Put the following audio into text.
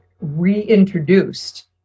reintroduced